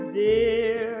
dear